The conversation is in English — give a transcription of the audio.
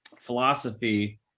philosophy